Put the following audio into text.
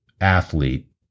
athlete